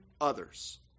others